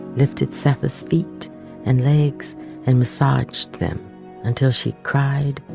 lifted seth's feet and legs and massaged them until she cried.